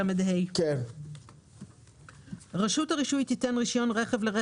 מידע לציבור14לז(א) המפקח הארצי על התעבורה יפרסם לציבור